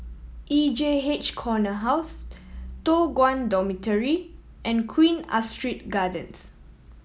E J H Corner House Toh Guan Dormitory and Queen Astrid Gardens